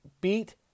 beat